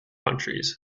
countries